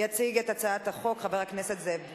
יציג את הצעת החוק חבר הכנסת זאב בילסקי.